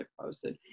posted